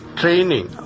training